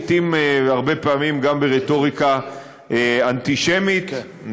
הרבה פעמים גם ברטוריקה אנטישמית.